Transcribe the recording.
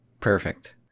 Perfect